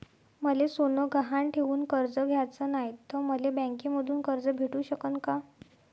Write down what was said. मले सोनं गहान ठेवून कर्ज घ्याचं नाय, त मले बँकेमधून कर्ज भेटू शकन का?